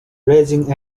raising